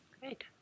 Great